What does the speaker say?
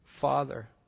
Father